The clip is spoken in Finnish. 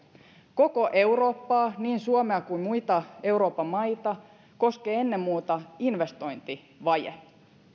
koko eurooppaa niin suomea kuin muita euroopan maita koskee ennen muuta investointivaje